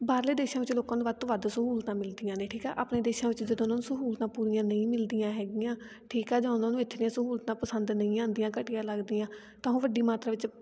ਬਾਹਰਲੇ ਦੇਸ਼ਾਂ ਵਿੱਚ ਲੋਕਾਂ ਨੂੰ ਵੱਧ ਤੋਂ ਵੱਧ ਸਹੂਲਤਾਂ ਮਿਲਦੀਆਂ ਨੇ ਠੀਕ ਆ ਆਪਣੇ ਦੇਸ਼ਾਂ ਵਿੱਚ ਜਦੋਂ ਉਹਨਾਂ ਨੂੰ ਸਹੂਲਤਾਂ ਪੂਰੀਆਂ ਨਹੀਂ ਮਿਲਦੀਆਂ ਹੈਗੀਆਂ ਠੀਕ ਆ ਜਾਂ ਉਹਨਾਂ ਨੂੰ ਇੱਥੇ ਦੀਆਂ ਸਹੂਲਤਾਂ ਪਸੰਦ ਨਹੀਂ ਆਉਂਦੀਆਂ ਘਟੀਆ ਲੱਗਦੀਆਂ ਤਾਂ ਉਹ ਵੱਡੀ ਮਾਤਰਾ ਵਿੱਚ